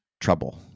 trouble